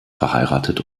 verheiratet